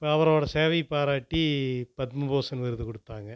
இப்போ அவரோட சேவையை பாராட்டி பத்மபூஷன் விருது கொடுத்தாங்க